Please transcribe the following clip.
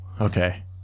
Okay